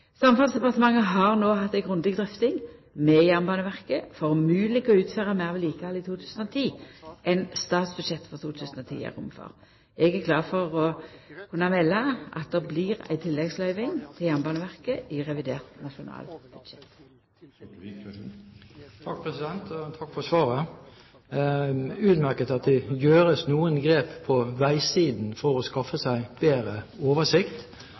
Samferdselsdepartementet har no hatt ei grundig drøfting med Jernbaneverket for om mogleg å utføra meir vedlikehald i 2010 enn statsbudsjettet for 2010 gjev rom for. Eg er glad for å kunna melda at det blir ei tilleggsløyving til Jernbaneverket i revidert nasjonalbudsjett. Takk for svaret. Det er utmerket at det tas noen grep på veisiden for å skaffe seg bedre oversikt.